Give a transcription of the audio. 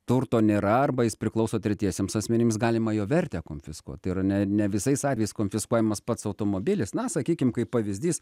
turto nėra arba jis priklauso tretiesiems asmenims galimą jo vertę konfiskuoti tai yra ne visais atvejais konfiskuojamas pats automobilis na sakykime kaip pavyzdys